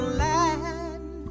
land